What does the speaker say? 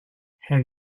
have